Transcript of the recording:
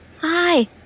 Hi